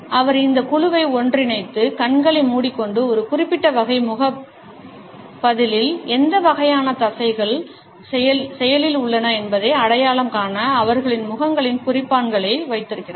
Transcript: அவர் இந்த குழுவை ஒன்றிணைத்து கண்களை மூடிக்கொண்டு ஒரு குறிப்பிட்ட வகை முக பதிலில் எந்த வகையான தசைகள் செயலில் உள்ளன என்பதை அடையாளம் காண அவர்களின் முகங்களில் குறிப்பான்களை வைத்திருந்தார்